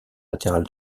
latéral